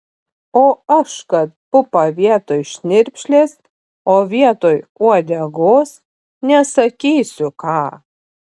o aš kad pupą vietoj šnirpšlės o vietoj uodegos nesakysiu ką